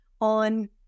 on